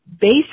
basic